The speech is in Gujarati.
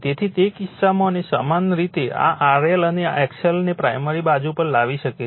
તેથી તે કિસ્સામાં અને સમાન રીતે આ RLઅને XL તેને પ્રાઇમરી બાજુ પર લાવી શકે છે